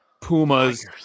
pumas